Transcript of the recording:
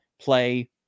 play